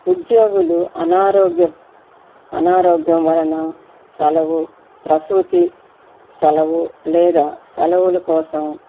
ఉద్యోగులు అనారోగ్యం అనారోగ్యం వలన సెలవు ప్రసూతి సెలవు లేదా సెలవులు కోసం